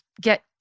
get